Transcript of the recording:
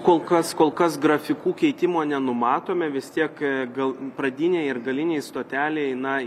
kol kas kol kas grafikų keitimo nenumatome vis tiek gal pradinėj ir galinėj stotelėje na